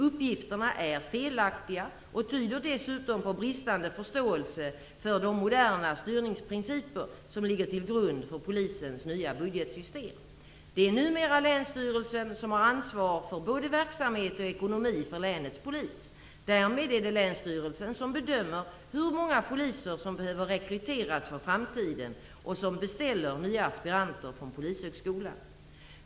Uppgifterna är felaktiga och tyder dessutom på bristande förståelse för de moderna styrningsprinciper som ligger till grund för polisens nya budgetsystem. Det är numera länsstyrelsen som ansvarar för både verksamhet och ekonomi för länets polis. Därmed är det länsstyrelsen som bedömer hur många poliser som behöver rekryteras för framtiden och som beställer nya aspiranter från Polishögskolan.